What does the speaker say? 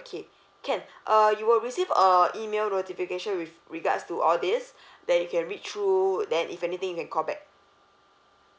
okay can uh you will receive a email notification with regards to all these then you can read through then if anything you can call back